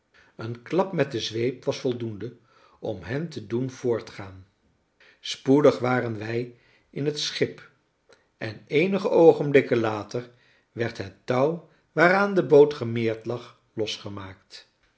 een klap met de zweep was voldoende om hen te doen voortgaan spoedig waren wij in het schip en eenige oogenblikken later werd het touw waaraan de boot gemeerd lag losgemaakt